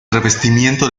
revestimiento